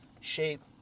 shape